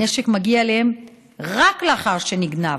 הנשק מגיע אליהם רק לאחר שנגנב,